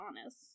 honest